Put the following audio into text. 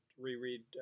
reread